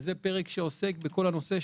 וחשוב שנצליח לקדם אותו.